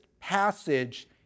passage